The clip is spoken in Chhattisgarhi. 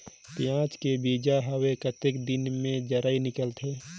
पियाज के बीजा हवे कतेक दिन मे जराई निकलथे?